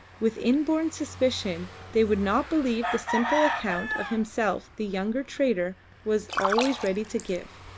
with inborn suspicion they would not believe the simple account of himself the young trader was always ready to give.